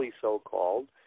so-called